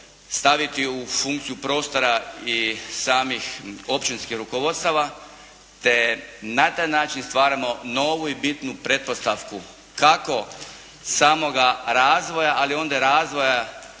staviti u funkciju prostora i samih općinskih rukovodstava te na taj način stvaramo novu i bitnu pretpostavku kako samoga razvoja ali onda i razvoja